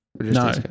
No